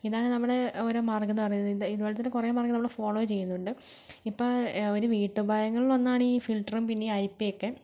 ഇതാണ് നമ്മള് ഓരോ മാർഗ്ഗം എന്ന് പറയുന്നത് ഇതേ ഇതുപോലെ തന്നെ കുറെ മാർഗ്ഗങ്ങള് നമ്മള് ഫോളോ ചെയ്യുന്നുണ്ട് ഇപ്പം ഒരു വീട്ടുപകരണങ്ങളിൽ ഒന്നാണെങ്കിൽ ഫിൽറ്ററും പിന്നെ അരിപ്പയൊക്കെ